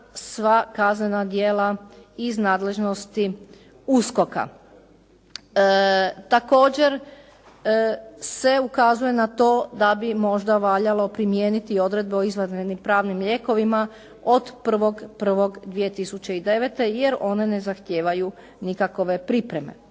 sva kaznena djela iz nadležnosti USKOK-a. Također se ukazuje na to da bi možda valjalo primijeniti odredbe o izvanrednim pravnim lijekovima od 1.1.2009. jer one ne zahtijevaju nikakove pripreme.